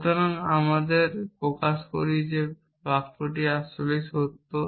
সুতরাং আমি আপনাকে প্রকাশ করি যে এই বাক্যটি আসলেই সত্য